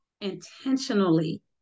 intentionally